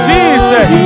Jesus